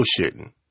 bullshitting